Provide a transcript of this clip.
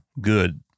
good